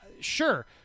sure